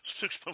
Six